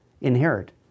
inherit